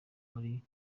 muri